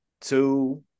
Two